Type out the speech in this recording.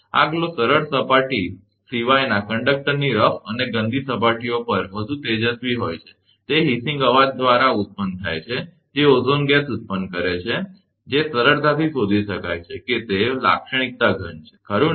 આ ગ્લો સરળ સપાટી સિવાયના કંડક્ટરની રફ અને ગંદી સપાટીઓ પર વધુ તેજસ્વી હોય છે તે હિસીંગ અવાજ ઉત્પન્ન કરે છે તે ઓઝોન ગેસ ઉત્પન્ન કરે છે જે સરળતાથી શોધી શકાય છે કે તે લાક્ષણિકતા ગંધ છે ખરુ ને